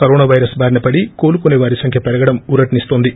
corona virus బారిన పడి కోలుకునే వారి సంఖ్య పెరగడం ఊరట నిస్తోంది